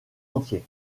entier